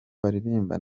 baririmba